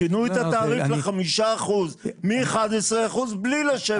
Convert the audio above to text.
שינו את התעריף ל-5% מ-11% בלי לשבת איתם.